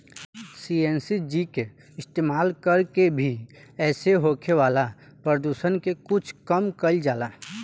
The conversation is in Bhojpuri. सी.एन.जी के इस्तमाल कर के भी एसे होखे वाला प्रदुषण के कुछ कम कईल जाला